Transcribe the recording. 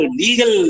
legal